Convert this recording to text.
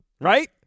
right